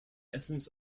essence